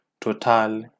Total